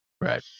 right